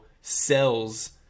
cells